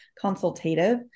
consultative